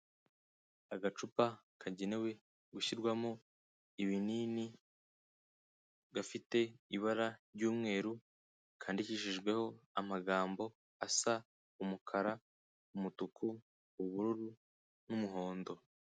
Agacupa kagenewe gushyirwamo ibinini gafite ibara ry'umweru kandikishijweho amagambo asa umukara, umutuku, ubururu n'umuhondo.